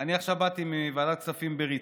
אני עכשיו באתי מוועדת כספים בריצה.